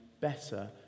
better